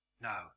No